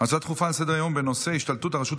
להצעה לסדר-היום בנושא: השתלטות הרשות